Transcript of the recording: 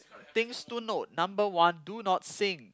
things to note number one do not sing